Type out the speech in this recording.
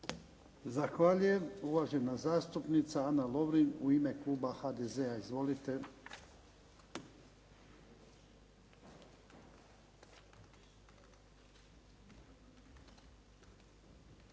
Zahvaljujem. Uvažena zastupnica Ana Lovrin u ime kluba HDZ-a. Izvolite.